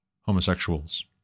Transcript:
homosexuals